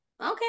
okay